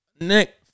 Nick